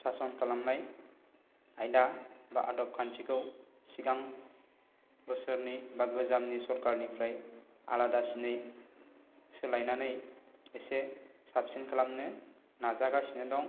सासन खालामनाय आयदा बा आदबखान्थिखौ सिगां बोसोरनि बा गोजामनि सरकारनिफ्राय आलादासिनै सोलायनानै एसे साबसिन खालामनो नाजागासिनो दं